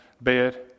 bed